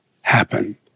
happen